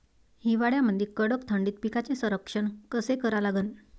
हिवाळ्यामंदी कडक थंडीत पिकाचे संरक्षण कसे करा लागन?